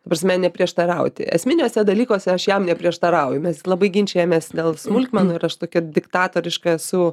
ta prasme neprieštarauti esminiuose dalykuose aš jam neprieštarauju mes labai ginčijamės dėl smulkmenų ir aš tokia diktatoriška esu